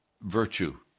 Virtue